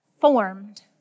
formed